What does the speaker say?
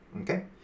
okay